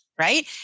Right